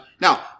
now